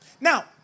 Now